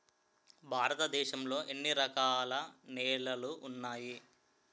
భారతదేశం లో ఎన్ని రకాల నేలలు ఉన్నాయి?